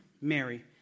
Mary